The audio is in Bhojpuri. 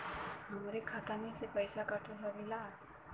हमरे खाता में से पैसा कटा सकी ला?